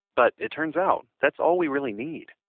but it turns out that's all we really need.